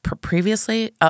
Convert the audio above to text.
previously